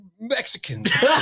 Mexicans